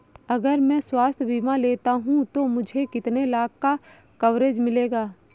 अगर मैं स्वास्थ्य बीमा लेता हूं तो मुझे कितने लाख का कवरेज मिलेगा?